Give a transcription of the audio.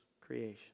creation